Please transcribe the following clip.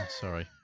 Sorry